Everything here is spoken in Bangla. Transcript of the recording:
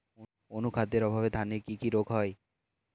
অনুখাদ্যের অভাবে ধানের কি কি রোগ হয়?